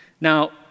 Now